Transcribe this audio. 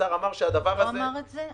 השר אמר שהדבר הזה --- הוא לא אמר את זה?